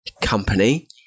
company